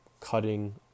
cutting